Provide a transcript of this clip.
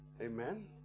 Amen